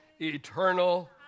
eternal